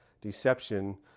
deception